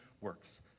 works